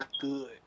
Good